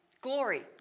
Glory